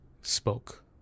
spoke